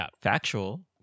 factual